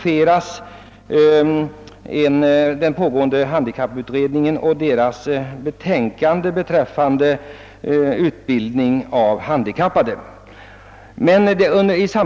Statsrådet nämner handikapputredningen och det betänkande som den har lagt fram beträffande utbildningen för handikappade.